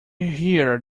hear